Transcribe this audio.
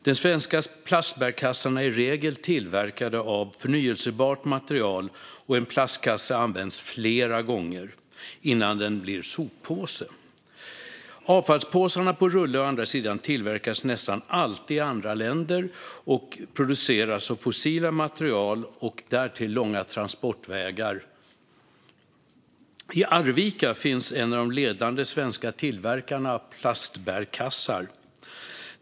De svenska plastbärkassarna är i regel tillverkade av förnybart material, och en plastkasse används flera gånger innan den blir soppåse. Avfallspåsarna på rulle, å andra sidan, tillverkas nästan alltid i andra länder och produceras av fossila material. Lägg därtill de långa transportvägarna. I Arvika finns en av de ledande svenska tillverkarna av plastbärkassar.